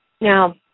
Now